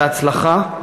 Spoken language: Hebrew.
בהצלחה,